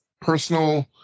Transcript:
personal